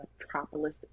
metropolis